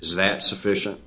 is that sufficient